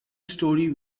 story